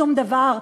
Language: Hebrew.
שום דבר,